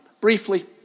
Briefly